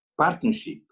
partnership